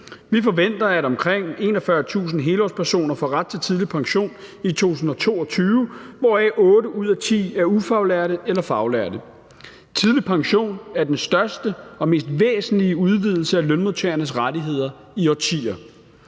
Vi forventer, at omkring 41.000 helårspersoner får ret til tidlig pension i 2022, hvoraf 8 ud af 10 er ufaglærte eller faglærte. Tidlig pension er den største og mest væsentlige udvidelse af lønmodtagernes rettigheder i årtier.